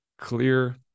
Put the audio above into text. clear